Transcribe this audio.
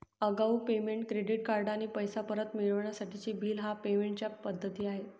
आगाऊ payment, credit card आणि पैसे परत मिळवण्यासाठीचे बिल ह्या पेमेंट च्या पद्धती आहे